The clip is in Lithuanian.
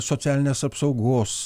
socialinės apsaugos